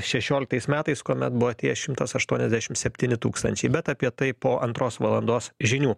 šešioliktais metais kuomet buvo atėję šimtas aštuoniasdešimt septyni tūkstančiai bet apie tai po antros valandos žinių